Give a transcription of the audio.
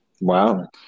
Wow